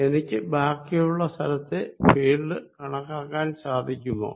എനിക്ക് ബാക്കി ഉള്ള സ്ഥലത്തെ ഫീൽഡ് കണക്കാക്കാൻ സാധിക്കുമൊ